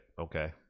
Okay